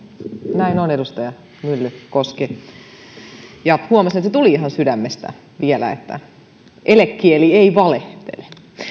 näin on edustaja myllykoski ja huomasin että se vielä tuli ihan sydämestä elekieli ei valehtele